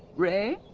ray?